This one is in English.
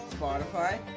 Spotify